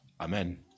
Amen